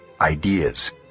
ideas